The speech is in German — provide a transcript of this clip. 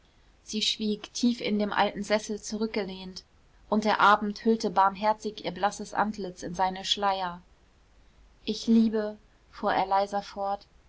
sie schwieg tief in dem alten sessel zurückgelehnt und der abend hüllte barmherzig ihr blasses antlitz in seine schleier ich liebe fuhr er leiser fort